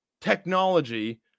technology